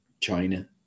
China